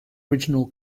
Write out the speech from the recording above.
original